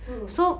hmm